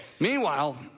Meanwhile